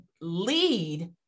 lead